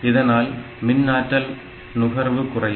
இதனால் மின் ஆற்றல் நுகர்வு குறையும்